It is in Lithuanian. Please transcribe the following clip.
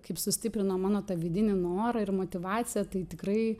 kaip sustiprino mano tą vidinį norą ir motyvaciją tai tikrai